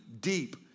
deep